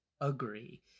agree